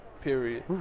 Period